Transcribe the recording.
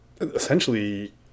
essentially